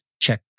Check